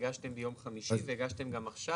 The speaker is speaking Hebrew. הגשתם ביום חמישי והגשתם גם עכשיו.